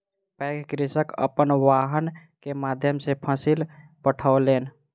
पैघ कृषक अपन वाहन के माध्यम सॅ फसिल पठौलैन